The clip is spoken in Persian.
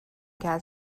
کرد